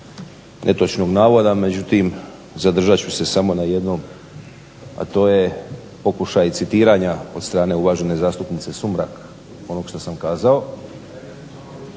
netočnog navoda međutim zadržat ću se samo na jednom, a to je pokušaj citiranja od strane uvažene zastupnice Sumrak onog što sam kazao.